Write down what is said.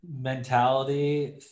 mentality